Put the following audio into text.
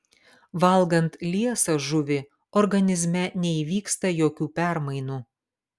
valgant liesą žuvį organizme neįvyksta jokių permainų